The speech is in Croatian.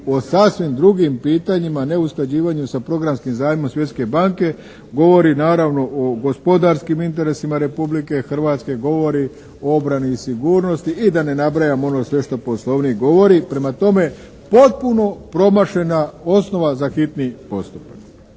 o sasvim drugim pitanjima neusklađivanju sa programskim zajmovima Svjetske banke govori naravno o gospodarskim interesima Republike Hrvatske, govori o obran i sigurnosti i da ne nabrajamo ono što sve Poslovnik govori. Prema tome, potpuno promašena osnova za hitni postupak.